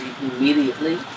immediately